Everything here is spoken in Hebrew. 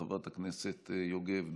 חברת הכנסת יוגב,